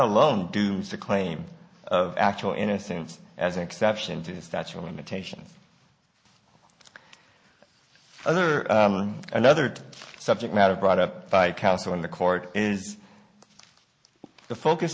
alone due to claim of actual innocence as an exception to the statue of limitations other another subject matter brought up by counsel in the court is the focus